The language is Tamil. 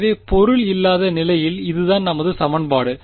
எனவே பொருள் இல்லாத நிலையில் இதுதான் நமது சமன்பாடு